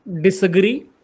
disagree